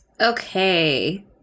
Okay